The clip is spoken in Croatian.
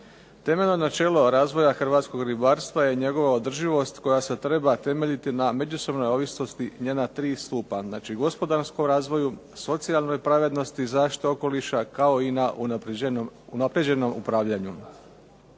Temeljno načela razvoja hrvatskog ribarstva je njegova održivost koja se treba temeljiti na međusobnoj ovisnosti, njena tri stupa, znači gospodarskom razvoju, socijalnoj pravednosti zaštite okoliša, kao i na unaprjeđenom upravljanju.